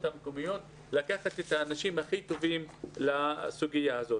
המקומיות לקחת את האנשים הכי טובים לסוגיה הזאת.